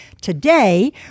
today